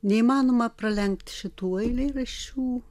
neįmanoma pralenkt šitų eilėraščių